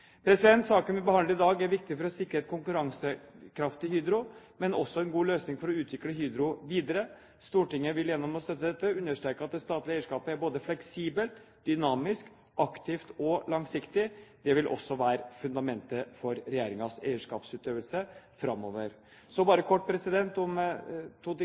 Saken vi behandler i dag, er viktig for å sikre et konkurransekraftig Hydro, men er også en god løsning for å utvikle Hydro videre. Stortinget vil gjennom å støtte dette understreke at det statlige eierskapet er både fleksibelt, dynamisk, aktivt og langsiktig. Det vil også være fundamentet for regjeringens eierskapsutøvelse framover. Så bare kort om to ting